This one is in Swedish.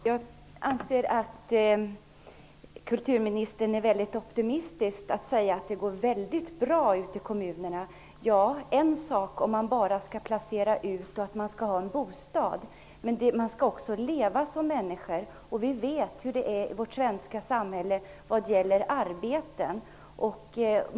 Herr talman! Jag anser att kulturministern är mycket optimistisk när hon säger att det går väldigt bra ute i kommunerna. Ja, om det bara vore att placera ut flyktingarna och ge dem en bostad. Men de skall också leva som människor, och vi vet hur det ser ut i vårt svenska samhälle vad gäller arbete.